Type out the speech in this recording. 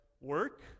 Work